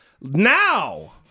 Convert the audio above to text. Now